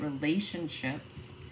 relationships